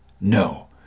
No